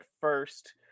first